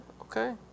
okay